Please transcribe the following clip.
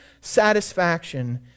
satisfaction